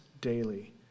daily